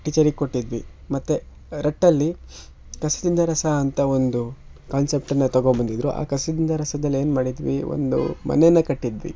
ಟೀಚರಿಗೆ ಕೊಟ್ಟಿದ್ವಿ ಮತ್ತು ರಟ್ಟಲ್ಲಿ ಕಸದಿಂದ ರಸ ಅಂತ ಒಂದು ಕಾನ್ಸೆಪ್ಟನ್ನ ತಗೊಂಬಂದಿದ್ರು ಆ ಕಸದಿಂದ ರಸದಲ್ಲಿ ಏನು ಮಾಡಿದ್ವಿ ಒಂದು ಮನೆನ ಕಟ್ಟಿದ್ವಿ